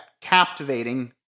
captivating